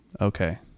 Okay